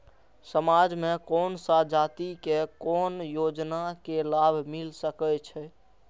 समाज में कोन सा जाति के कोन योजना के लाभ मिल सके छै?